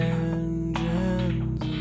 engines